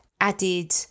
added